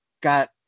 got